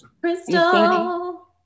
Crystal